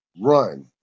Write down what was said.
run